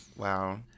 Wow